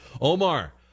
Omar